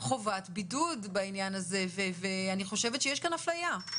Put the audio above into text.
לחובת בידוד בעניין הזה ואני חושבת שיש כאן אפליה.